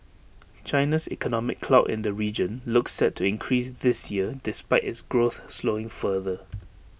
China's economic clout in the region looks set to increase this year despite its growth slowing further